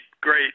great